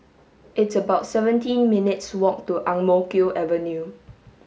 it's about seventeen minutes' walk to Ang Mo Kio Avenue